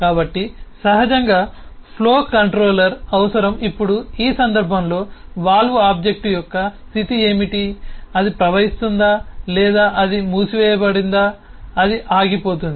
కాబట్టి సహజంగా flow controller అవసరం ఇప్పుడు ఈ సందర్భంలో వాల్వ్ ఆబ్జెక్ట్ యొక్క స్థితి ఏమిటి అది ప్రవహిస్తుందా లేదా అది మూసివేయబడితే అది ఆగిపోతుంది